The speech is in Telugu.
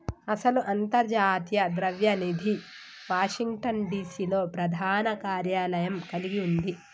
అసలు అంతర్జాతీయ ద్రవ్య నిధి వాషింగ్టన్ డిసి లో ప్రధాన కార్యాలయం కలిగి ఉంది